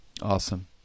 Awesome